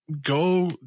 Go